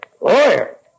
Lawyer